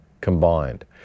combined